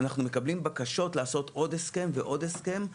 אנחנו מקבלים בקשות לעשות עוד הסכם ועוד הסכם,